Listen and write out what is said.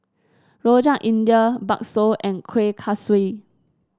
Rojak India bakso and Kueh Kaswi